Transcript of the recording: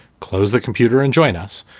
close the computer and join us.